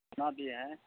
نا بھی ہے